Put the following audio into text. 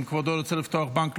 אם כבודו רוצה לפתוח בנק,